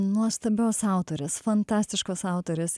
nuostabios autorės fantastiškos autorės